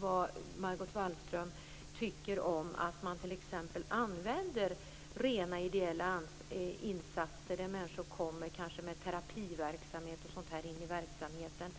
Vad tycker Margot Wallström om att man t.ex. använder rent ideella insatser där människor kanske kommer in med terapiverksamhet och sådant i verksamheten?